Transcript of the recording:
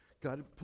God